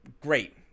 great